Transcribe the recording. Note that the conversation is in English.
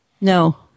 No